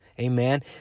Amen